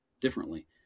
differently